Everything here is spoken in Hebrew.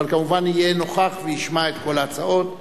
אבל כמובן יהיה נוכח וישמע את כל ההצעות.